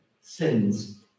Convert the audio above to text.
sins